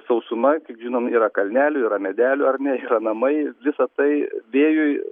sausuma kiek žinom yra kalnelių yra medelių ar ne yra namai visa tai vėjui